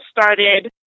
started